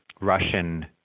Russian